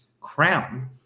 crown